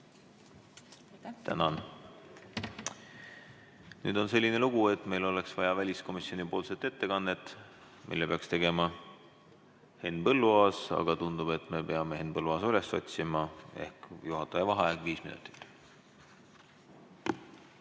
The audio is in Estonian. Nüüd on selline lugu, et meil oleks vaja väliskomisjonipoolset ettekannet, mille peaks tegema Henn Põlluaas, aga tundub, et me peame enne Henn Põlluaasa üles otsima. Juhataja vaheaeg viis minutit.